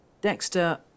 Dexter